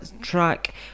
track